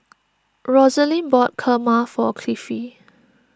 Roselyn bought Kurma for Cliffie